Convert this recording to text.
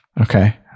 Okay